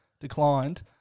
declined